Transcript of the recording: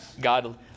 God